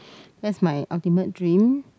that's my ultimate dream